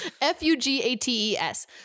F-U-G-A-T-E-S